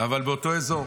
אבל באותו אזור.